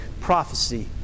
prophecy